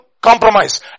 Compromise